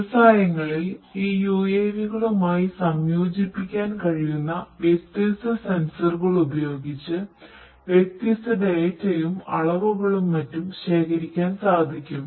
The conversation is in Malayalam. വ്യവസായങ്ങളിൽ ഈ യുഎവികളുമായി സംയോജിപ്പിക്കാൻ കഴിയുന്ന വ്യത്യസ്ത സെൻസറുകൾ ഉപയോഗിച്ച് വ്യത്യസ്ത ഡാറ്റയും അളവുകളും മറ്റും ശേഖരിക്കാൻ സാധിക്കും